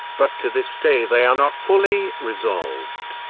but to this day they are not fully resolved.